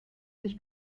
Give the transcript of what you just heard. sich